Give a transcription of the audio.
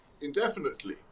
indefinitely